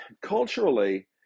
culturally